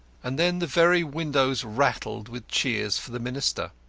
and then the very windows rattled with cheers for the minister.